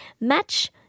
match